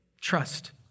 trust